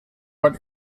but